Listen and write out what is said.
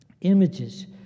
images